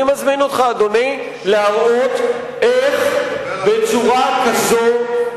אני מזמין אותך להראות איך בצורה כזאת,